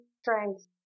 strength